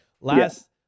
last